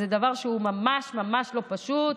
זה דבר שהוא ממש ממש לא פשוט.